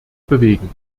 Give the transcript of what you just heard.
bewegen